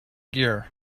gear